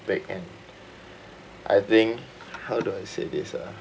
and I think how do I say this ah